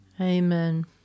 amen